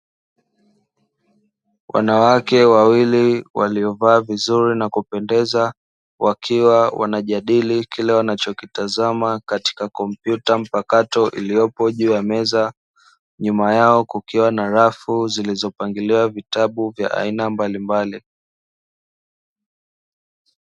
Wanawake wawili waliovaa vizuri na kupendeza, wakiwa wanajadili kile wanachokitazama katika kompyuta mpakato iliyopo juu ya meza, nyuma yao kukiwa na rafu zilizopangiliwa vitabu vya aina mbalimbali.